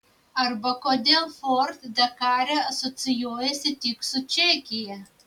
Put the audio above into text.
arba kodėl ford dakare asocijuojasi tik su čekija